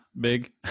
big